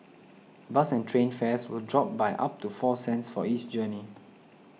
bus and train fares will drop by up to four cents for each journey